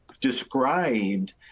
described